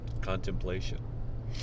contemplation